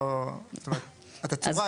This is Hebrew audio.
זאת אומרת, התצורה היא לא משנה.